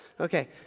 Okay